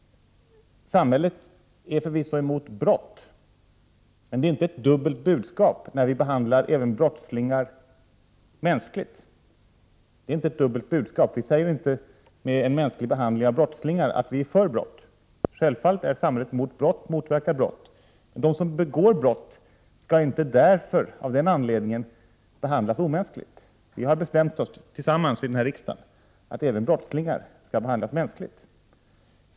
Samhället är förvisso mot brott, men det är inte ett dubbelt budskap när man behandlar även brottslingar mänskligt. En mänsklig behandling av brottslingar innebär inte att samhället är för brott. Självfallet är samhället mot brott och skall motverka brott. Men de som begår brott skall inte av denna anledning behandlas omänskligt. Vi har i denna riksdag bestämt att även brottslingar skall behandlas mänskligt.